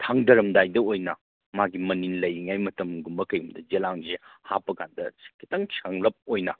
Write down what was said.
ꯊꯥꯡꯗꯔꯝꯗꯥꯏꯗ ꯑꯣꯏꯅ ꯃꯥꯒꯤ ꯃꯅꯤꯜ ꯂꯩꯔꯤꯉꯥꯏ ꯃꯇꯝꯒꯨꯝꯕ ꯀꯔꯤꯒꯨꯝꯕ ꯌꯦꯂꯥꯡꯁꯦ ꯍꯥꯞꯄ ꯀꯥꯟꯗ ꯈꯤꯇꯪ ꯁꯪꯂꯞ ꯑꯣꯏꯅ